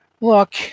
look